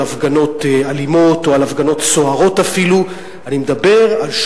אני לא מדבר כאן על הפגנות אלימות או אפילו על הפגנות סוערות.